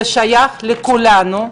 זה שייך לכולנו,